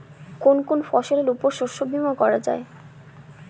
কোন কোন ফসলের উপর শস্য বীমা করা যায়?